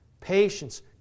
patience